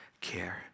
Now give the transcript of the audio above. care